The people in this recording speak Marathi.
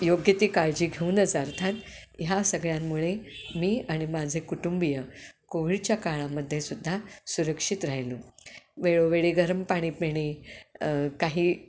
योग्य ती काळजी घेऊनच अर्थात ह्या सगळ्यांमुळे मी आणि माझे कुटुंबीय कोविडच्या काळामध्ये सुुद्धा सुरक्षित राहिलो वेळोवेळी गरम पाणी पिणे काही